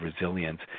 resilience